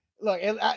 Look